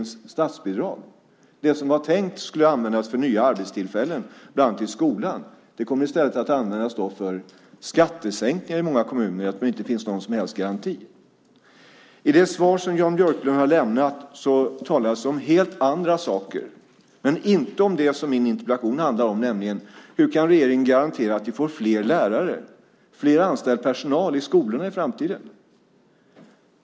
Det statsbidrag som var tänkt att användas för nya arbetstillfällen, bland annat i skolan, kommer i många kommuner att användas till skattesänkningar nu när det inte finns någon som helst garanti. I det svar som Jan Björklund har lämnat talas det om helt andra saker än om det som min interpellation handlar om, nämligen hur regeringen kan garantera att vi får fler lärare och mer anställd personal i skolorna i framtiden.